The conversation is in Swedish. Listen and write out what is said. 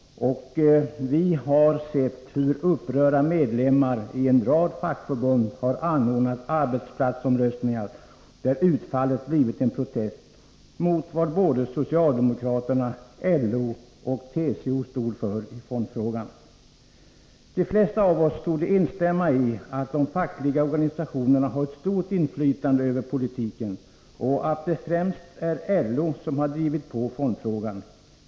Och vi har sett hur upprörda medlemmar i en rad fackförbund har anordnat arbetsplatsomröstningar, där utfallet blivit en protest mot vad socialdemokraterna, LO och TCO stod för i fondfrågan. De flesta av oss torde instämma i att de fackliga organisationerna har ett stort inflytande över politiken och att det främst är LO som har drivit på fondfrågan.